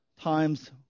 Times